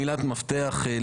ההכי רך שיכול להיות.